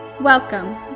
Welcome